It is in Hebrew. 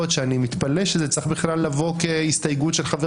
שאני מתפלא שזה צריך בכלל לבוא כהסתייגות של חבר